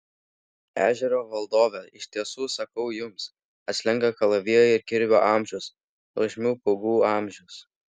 ežero valdovė iš tiesų sakau jums atslenka kalavijo ir kirvio amžius nuožmių pūgų amžius